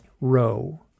row